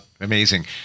Amazing